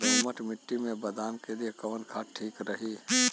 दोमट मिट्टी मे बादाम के लिए कवन खाद ठीक रही?